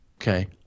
okay